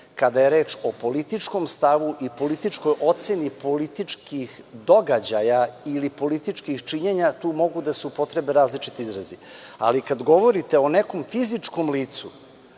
je reč o političkom stavu i političkoj oceni političkih događaja ili političkih činjenja, tu mogu da se upotrebe različiti izrazi. Ali, kada govorite o nekom fizičkom licu